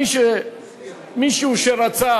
מישהו רצה